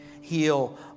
heal